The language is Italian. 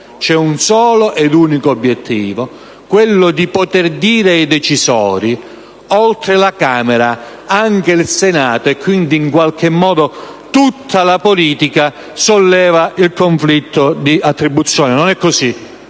c'è un solo ed unico obiettivo, quello di poter dire ai decisori che, oltre alla Camera, anche il Senato - quindi, in qualche modo, tutta la politica - solleva il conflitto di attribuzione. Non è così.